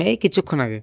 এই কিছুক্ষণ আগে